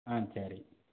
ஆ சரி